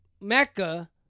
mecca